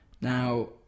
Now